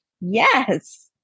Yes